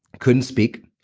couldn't speak,